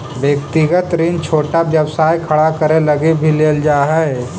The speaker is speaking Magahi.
व्यक्तिगत ऋण छोटा व्यवसाय खड़ा करे लगी भी लेल जा हई